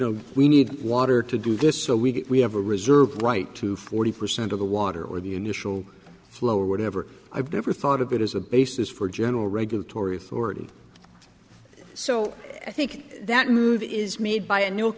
know we need water to do this so we have a reserve right to forty percent of the water or the initial flow or whatever i've never thought of it as a basis for general regulatory authority so i think that move is made by a new look